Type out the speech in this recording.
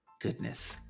Goodness